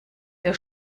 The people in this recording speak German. der